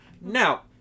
Now